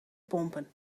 pompen